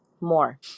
more